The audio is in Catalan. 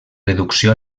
reducció